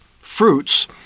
fruits